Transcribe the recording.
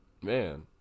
Man